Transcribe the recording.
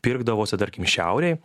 pirkdavosi tarkim šiaurėj